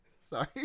sorry